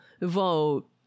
vote